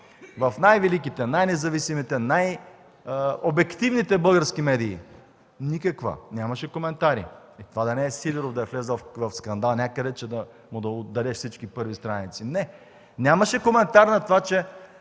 В най-великите, най-независимите, най-обективните български медии – никаква! Нямаше коментари. Това да не е Сидеров, та да е влязъл някъде в скандал, че да му отделят всички първи страници?! Не. Нямаше коментар на това, че